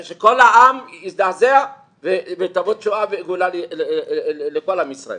שכל העם יזדעזע ותבוא תשועה וגאולה לכל עם ישראל.